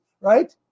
Right